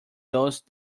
those